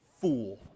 fool